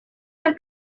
son